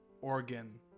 organ